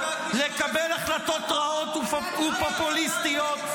לקבל החלטות רעות ופופוליסטיות,